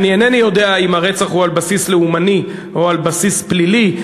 ואני אינני יודע אם הרצח הוא על בסיס לאומני או על בסיס פלילי.